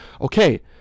Okay